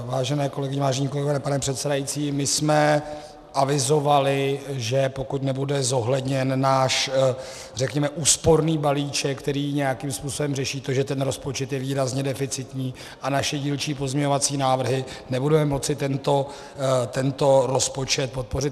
Vážené kolegyně, vážení kolegové, pane předsedající, my jsme avizovali, že pokud nebude zohledněn náš, řekněme, úsporný balíček, který nějakým způsobem řeší to, že rozpočet je výrazně deficitní, a naše dílčí pozměňovací návrhy, nebudeme moci tento rozpočet podpořit.